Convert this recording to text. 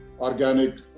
organic